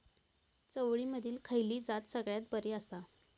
चवळीमधली खयली जात सगळ्यात बरी आसा?